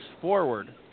forward